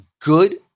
good